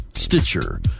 Stitcher